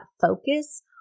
focus